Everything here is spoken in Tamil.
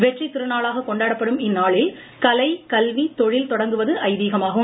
வெற்றித் திருநாளாக கொண்டாடப்படும் இந்நாளில் கலை கல்வி தொழில் தொடங்குவது ஐதீகமாகும்